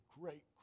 great